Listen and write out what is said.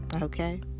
okay